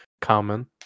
Common